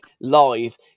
live